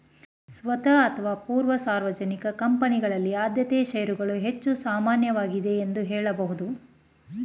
ಸ್ವಂತ ಅಥವಾ ಪೂರ್ವ ಸಾರ್ವಜನಿಕ ಕಂಪನಿಗಳಲ್ಲಿ ಆದ್ಯತೆ ಶೇರುಗಳು ಹೆಚ್ಚು ಸಾಮಾನ್ಯವಾಗಿದೆ ಎಂದು ಹೇಳಬಹುದು